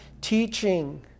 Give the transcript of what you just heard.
teaching